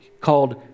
called